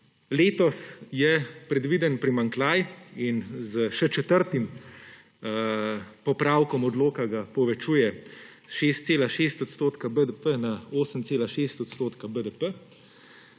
Letos je predviden primanjkljaj in s še četrtim popravkom odloka ga povečuje s 6,6 % BDP na 8,6 % BDP.